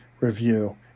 review